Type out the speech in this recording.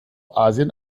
asien